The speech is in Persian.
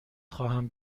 خواهم